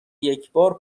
یکبار